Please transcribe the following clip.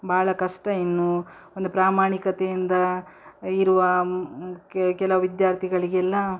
ಭಾಳ ಕಷ್ಟ ಇನ್ನು ಒಂದು ಪ್ರಾಮಾಣಿಕತೆಯಿಂದ ಇರುವ ಕೇ ಕೆಲವು ವಿದ್ಯಾರ್ಥಿಗಳಿಗೆಲ್ಲ